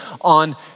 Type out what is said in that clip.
on